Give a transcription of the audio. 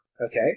Okay